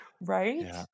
Right